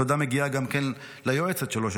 התודה מגיעה גם כן ליועצת שלו,